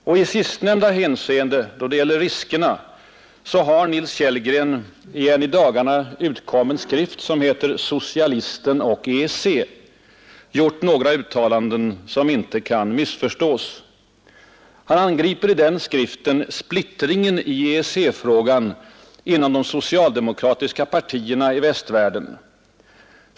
I sistnämnda hänseende — då det gäller riskerna — har Nils Kellgren i en i dagarna utkommen skrift ”Socialisten och EEC” gjort några uttalanden som inte kan missförstås. Han angriper splittringen i EEC-frågan inom de socialdemokratiska partierna i västvärlden.